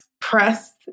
press